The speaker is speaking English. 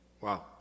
Wow